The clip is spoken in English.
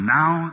now